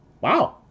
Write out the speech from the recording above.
wow